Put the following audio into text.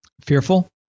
fearful